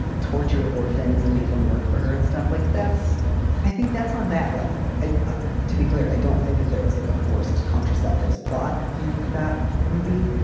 tortured orphans and made them work for her and stuff like that's i think that's on that level. to be clear, i don't think that there was like a forced contraceptives plot in that movie,